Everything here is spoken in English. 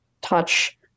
touch